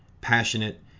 passionate